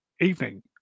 evening